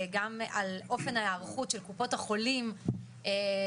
גם על אופן ההיערכות של קופות החולים והביצוע